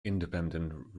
independent